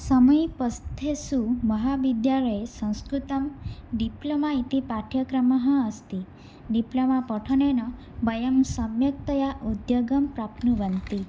समीपस्थेषु महाविद्यालयेषु संस्कृतडिप्लमा इति पाठ्यक्रमः अस्ति डिप्लमा पठनेन वयं सम्यक्तया उद्योगं प्राप्नुवन्ति